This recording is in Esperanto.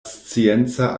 scienca